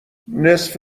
نصف